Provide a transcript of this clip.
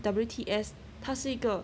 W_T_S 她是一个